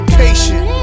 patient